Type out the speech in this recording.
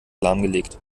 lahmgelegt